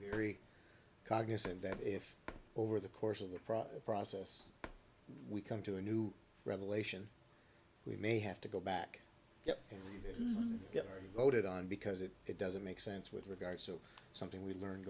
very cognisant that if over the course of the proper process we come to a new revelation we may have to go back and get our boated on because it doesn't make sense with regards to something we've learned